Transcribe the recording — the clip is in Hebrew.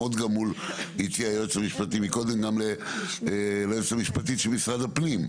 הציע היועץ המשפטי מקודם גם ליועצת המשפטית של משרד הפנים,